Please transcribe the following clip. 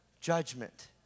judgment